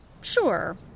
Sure